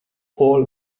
all